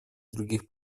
других